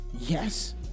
yes